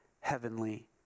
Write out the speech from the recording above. heavenly